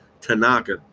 Tanaka